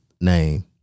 name